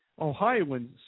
ohioans